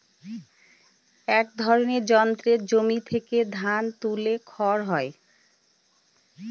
এক ধরনের যন্ত্রে জমি থেকে ধান তুলে খড় হয়